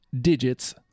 digits